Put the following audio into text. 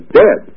dead